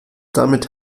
damit